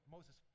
Moses